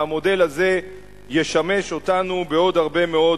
והמודל הזה ישמש אותנו בעוד הרבה מאוד